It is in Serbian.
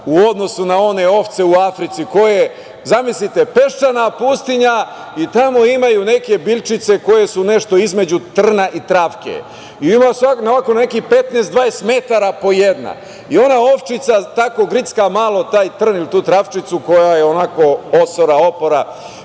u odnosu na one ovce u Africi, koje zamislite peščana pustinja i tamo imaju neke biljčice koje su nešto između trna i travke. Ima na svakih 15, 20 metara po jedna i ona ovčica tako gricka malo taj trn ili tu travčicu koja je onako osora i opora,